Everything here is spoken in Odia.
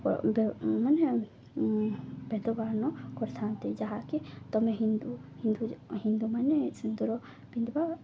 ମାନେ ଭେଦଭାବ କରିଥାନ୍ତି ଯାହାକି ତୁମେ ହିନ୍ଦୁ ହିନ୍ଦୁ ହିନ୍ଦୁମାନେେ ସିନ୍ଦୁର ପିନ୍ଧିବା